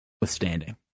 withstanding